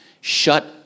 shut